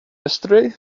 yesterday